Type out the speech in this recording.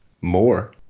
more